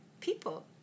people